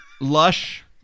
Lush